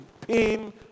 pain